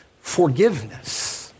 forgiveness